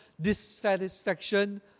dissatisfaction